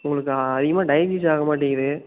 உங்களுக்கு ஆ அதிகமாக டைஜிஸ் ஆகமாட்டேங்கிது